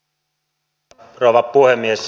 arvoisa rouva puhemies